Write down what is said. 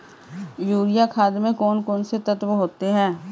Urea खाद में कौन कौन से तत्व होते हैं?